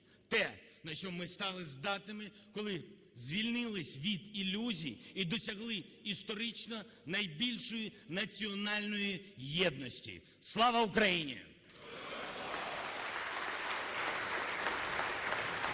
Те, на що ми стали здатними, коли звільнились від ілюзій і досягли історично найбільшої національної єдності. Слава Україні!